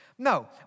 No